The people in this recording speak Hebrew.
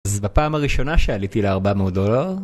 אז בפעם הראשונה שעליתי לארבע מאות דולר